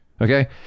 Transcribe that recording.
Okay